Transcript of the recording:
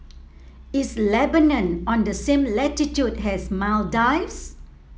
is Lebanon on the same latitude as Maldives